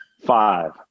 Five